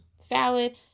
salad